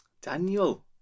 Daniel